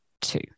two